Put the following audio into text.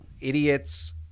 idiots